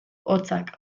hotzak